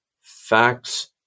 facts